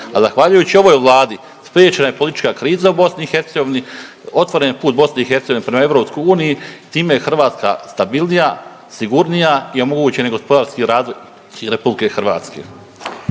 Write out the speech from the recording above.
zahvaljujući ovoj Vladi spriječena je politička kriza u BIH, otvoren je put BIH prema EU, time je Hrvatska stabilnija, sigurnija i omogućen je gospodarski razvoj RH.